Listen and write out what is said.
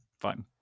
fine